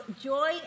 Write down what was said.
Joy